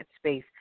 space